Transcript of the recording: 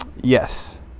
Yes